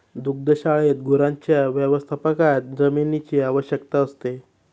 दुग्धशाळेत गुरांच्या व्यवस्थापनात जमिनीची आवश्यकता असते